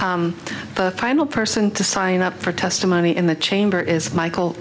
on the final person to sign up for testimony in the chamber is michael